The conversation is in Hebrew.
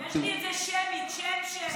יש לי את זה שמית, שם-שם, שם-שם.